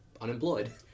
unemployed